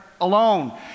alone